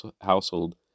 household